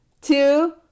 two